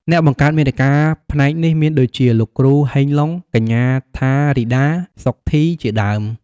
អ្នកបង្កើតមាតិកាផ្នែកនេះមានដូចជា លោកគ្រូ ហេង ឡុង, កញ្ញា ថារីដា សុធីជាដើម។